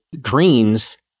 greens